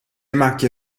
macchie